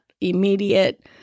immediate